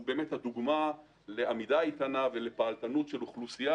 הוא באמת דוגמה לעמידה איתנה ולפעלתנות של אוכלוסייה,